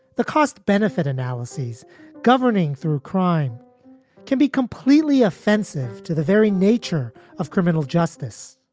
the cost benefit analysis governing through crime can be completely offensive to the very nature of criminal justice.